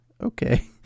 okay